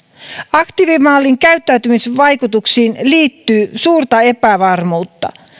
aktiivimallin käyttäytymisvaikutuksiin liittyy suurta epävarmuutta